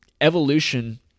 evolution